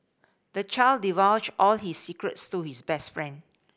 the child divulged all his secrets to his best friend